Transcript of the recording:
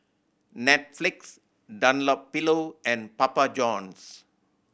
Netflix Dunlopillo and Papa Johns